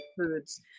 Foods